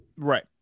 right